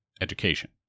education